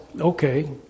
okay